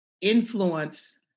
influence